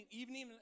evening